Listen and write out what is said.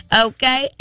Okay